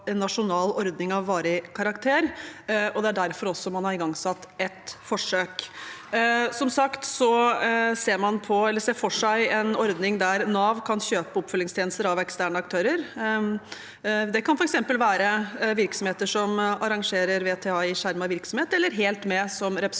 en nasjonal ordning av varig karakter. Det er også derfor man har igangsatt et forsøk. Som sagt ser man for seg en ordning der Nav kan kjøpe oppfølgingstjenester av eksterne aktører. Det kan f.eks. være virksomheter som arrangerer VTA i skjermet virksomhet, eller Helt Med, som representanten